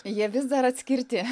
jie vis dar atskirti